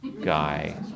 guy